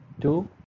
two